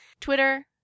Twitter